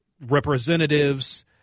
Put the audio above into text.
representatives